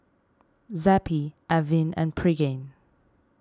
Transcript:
Zappy Avene and Pregain